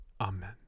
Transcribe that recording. Amen